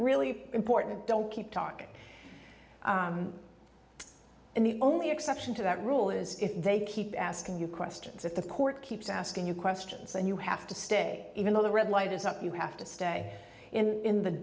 really important don't keep talking and the only exception to that rule is if they keep asking you questions if the court keeps asking you questions and you have to stay even though the red light is up you have to stay in